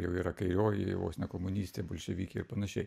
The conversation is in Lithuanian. jau yra kairioji vos ne komunistė bolševikė ir panašiai